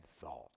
thought